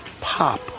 pop